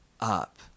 up